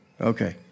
Okay